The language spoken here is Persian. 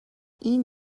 این